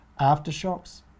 aftershocks